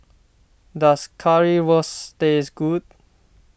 does Currywurst taste good